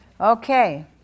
Okay